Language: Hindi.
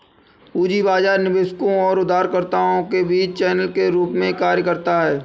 पूंजी बाजार निवेशकों और उधारकर्ताओं के बीच चैनल के रूप में कार्य करता है